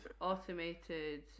Automated